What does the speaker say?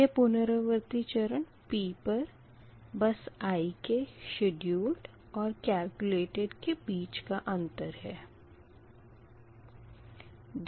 यह पुनरावर्ती चरण p पर बस i के शेड्यूलड और कैलकुलेटेड के बीच का अंतर है